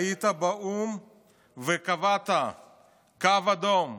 היית באו"ם וקבעת קו אדום,